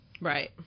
Right